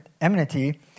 enmity